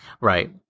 Right